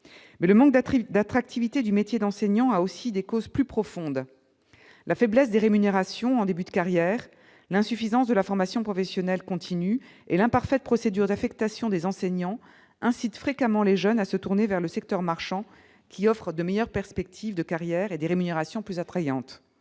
mais le manque d'être il d'attractivité du métier d'enseignant a aussi des causes plus profondes, la faiblesse des rémunérations en début de carrière, l'insuffisance de la formation professionnelle continue et l'imparfaite, procédure d'affectation des enseignants incite fréquemment les jeunes à se tourner vers le secteur marchand qui offrent de meilleures perspectives de carrières et des rémunérations plus attrayantes,